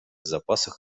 запасах